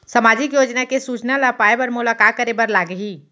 सामाजिक योजना के सूचना ल पाए बर मोला का करे बर लागही?